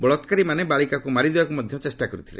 ବଳାକାରୀମାନେ ବାଳିକାକୁ ମାରିଦେବାକୁ ମଧ୍ୟ ଚେଷ୍ଟା କରିଥିଲେ